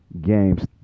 games